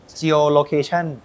geolocation